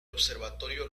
observatorio